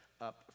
up